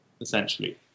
essentially